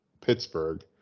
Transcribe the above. Pittsburgh